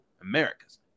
America's